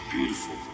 beautiful